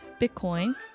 Bitcoin